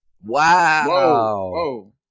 Wow